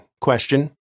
Question